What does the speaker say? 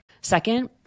Second